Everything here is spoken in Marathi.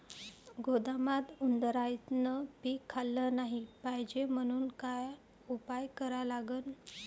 गोदामात उंदरायनं पीक खाल्लं नाही पायजे म्हनून का उपाय करा लागन?